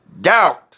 doubt